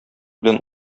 белән